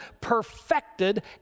perfected